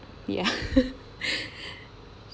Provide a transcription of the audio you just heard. ya